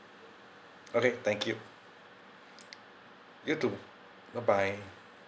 okay thank you you too bye bye